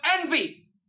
envy